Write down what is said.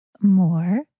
more